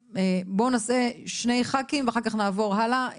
נשמע שני חברי כנסת, ואחר כך נעבור הלאה.